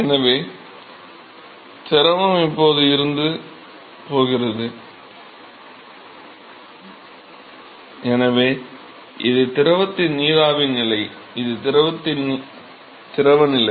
எனவே திரவம் இப்போது இருந்து போகிறது எனவே இது திரவத்தின் நீராவி நிலை இது திரவத்தின் திரவ நிலை